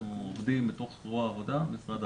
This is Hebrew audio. אנחנו עובדים בתוך זרוע העבודה במשרד העבודה.